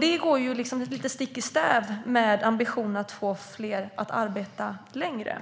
Det går stick i stäv med ambitionen att få fler att arbeta längre.